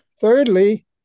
thirdly